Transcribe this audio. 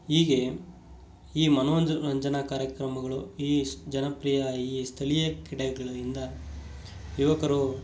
ಹೀಗೆ ಈ ಮನೋರಂಜ ರಂಜನ ಕಾರ್ಯಕ್ರಮಗಳು ಈ ಜನಪ್ರಿಯ ಈ ಸ್ಥಳೀಯ ಕ್ರೀಡೆಗಳಿಂದ ಯುವಕರು